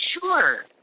sure